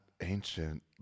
ancient